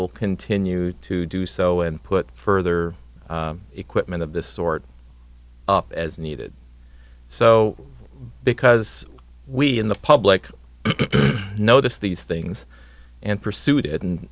will continue to do so and put further equipment of this sort up as needed so because we in the public know this these things and pursued it and